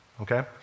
Okay